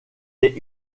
est